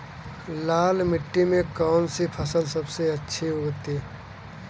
लाल मिट्टी में कौन सी फसल सबसे अच्छी उगती है?